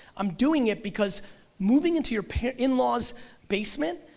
i'm doing it because moving into your parents, in-laws basement,